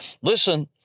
listen